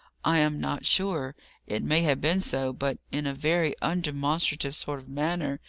i am not sure it may have been so but in a very undemonstrative sort of manner,